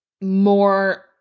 more